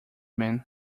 man